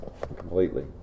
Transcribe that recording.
completely